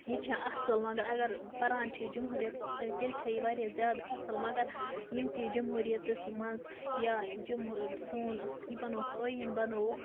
یہِ چھےٚ اَصٕل مگر اگر پَران چھِ یہِ جمہوٗرِیَتَس مُتعلق تیٚلہِ چھےٚ یہِ واریاہ زیادٕ اَصٕل مگر یِم تہِ جمہوٗرِیَتَس منٛز یا سون یہِ بَنووُکھ ٲییٖن بَنووُکھ